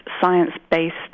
science-based